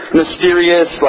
mysterious